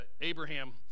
abraham